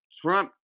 Trump